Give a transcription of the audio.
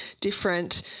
different